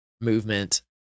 movement